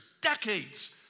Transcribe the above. decades